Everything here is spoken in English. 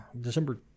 December